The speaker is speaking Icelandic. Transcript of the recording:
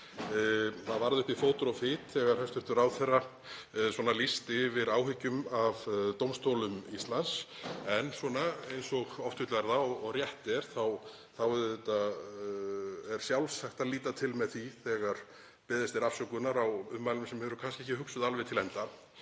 Það varð uppi fótur og fit þegar hæstv. ráðherra lýsti yfir áhyggjum af dómstólum Íslands. En svona eins og oft vill verða og rétt er þá er sjálfsagt að líta til með því þegar beðist afsökunar á ummælum sem eru kannski ekki hugsuð alveg til enda